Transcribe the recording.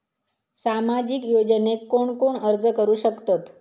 सामाजिक योजनेक कोण कोण अर्ज करू शकतत?